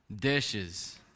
Dishes